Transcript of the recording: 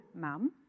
mum